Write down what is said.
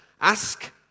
Ask